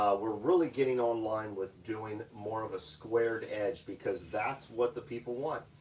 we're really getting online with doing more of a squared edge because, that's what the people want.